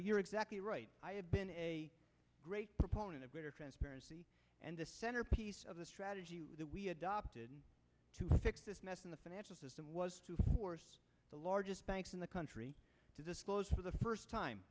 you're exactly right i have been a great proponent of greater transparency and the centerpiece of the strategy that we adopted to fix this mess in the financial system was to force the largest banks in the country to disclose for the first time